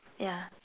yeah